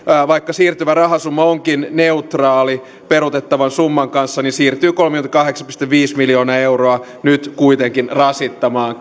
vaikka siirtyvä rahasumma onkin neutraali peruutettavan summan kanssa siirtyy kolmekymmentäkahdeksan pilkku viisi miljoonaa euroa nyt kuitenkin rasittamaan